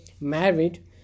married